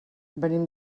venim